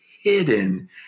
hidden